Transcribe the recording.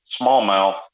smallmouth